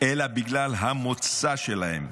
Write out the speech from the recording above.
אלא בגלל המוצא שלהן.